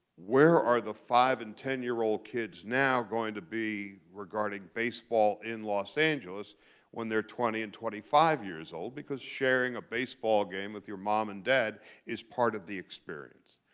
where are the five and ten year old kids now going to be regarding baseball in los angeles when they're twenty and twenty five years old? because sharing a baseball game with your mom and dad is part of the experience.